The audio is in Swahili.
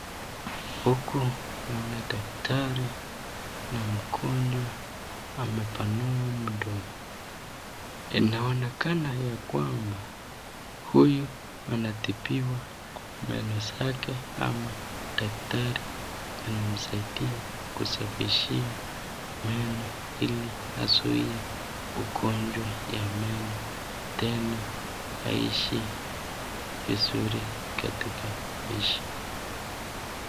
Huku naona daktari na mgonjwa amepanua mdomo. Inaonekana ya kwamba huyu anatibiwa meno zake ama daktari anamsaidia kusafishia meno ili azuie ugonjwa ya meno, tena aishi vizuri katika maisha.